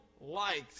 likes